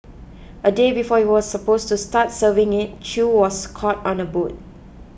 a day before he was supposed to start serving it Chew was caught on a boat